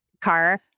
car